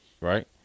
right